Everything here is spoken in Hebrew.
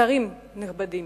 שרים נכבדים,